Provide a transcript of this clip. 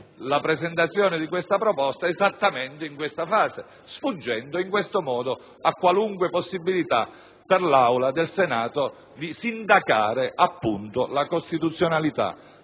collocare tale proposta esattamente in questa fase, sfuggendo in questo modo a qualunque possibilità, per l'Aula del Senato, di sindacarne la costituzionalità.